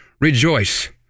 rejoice